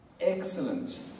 excellent